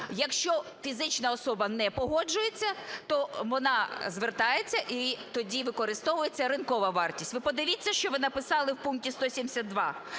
Якщо фізична особа не погоджується, то вона звертається, і тоді використовується ринкова вартість. Ви подивіться, що ви написали в пункті 172: